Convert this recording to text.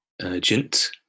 urgent